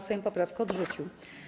Sejm poprawkę odrzucił.